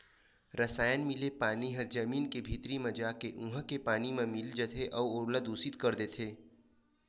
रसायन मिले हरय पानी ह जमीन के भीतरी म जाके उहा के पानी म मिल जाथे अउ ओला दुसित कर देथे